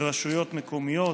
ברשויות מקומיות.